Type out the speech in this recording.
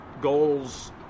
goals